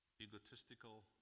egotistical